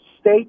state